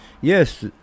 Yes